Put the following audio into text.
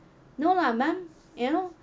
no lah ma'am you know